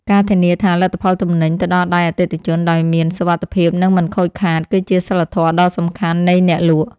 ការធានាថា លទ្ធផលទំនិញទៅដល់ដៃអតិថិជនដោយមានសុវត្ថិភាពនិងមិនខូចខាត គឺជាសីលធម៌ដ៏សំខាន់នៃអ្នកលក់។